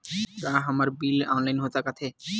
का हमर bill online हो सकत हे?